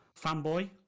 Fanboy